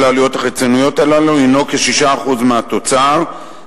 העלויות החיצוניות הללו הינו 6% מהתוצר,